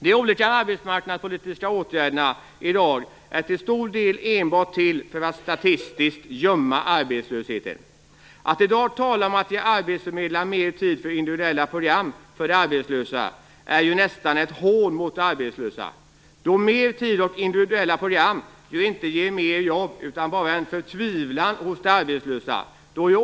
De olika arbetsmarknadspolitiska åtgärderna i dag är till stor del enbart till för att statistiskt gömma arbetslösheten. Att i dag tala om att ge arbetsförmedlarna mer tid för individuella program för de arbetslösa är ju nästan ett hån mot dem då mer tid och individuella program inte ger fler jobb utan bara en förtvivlan hos de arbetslösa.